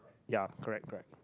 ya correct correct